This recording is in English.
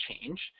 change